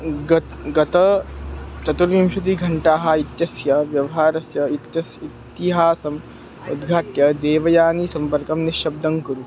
गतं गत चतुर्विंशतिघण्टाः इत्यस्य व्यवहारस्य इत्यस्य इतिहासम् उद्घाट्य देवयानी सम्पर्कं निःशब्दं कुरु